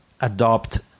adopt